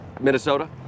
Minnesota